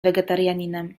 wegetarianinem